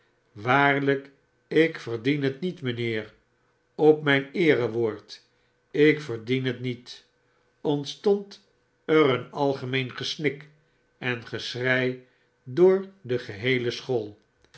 waariyk ik verdien het niet mjjnheer op mjjn eerewoord ik verdien het niet ontstond er een algemeen gesnik en geschrei door de geheele school